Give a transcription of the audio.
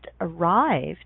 arrived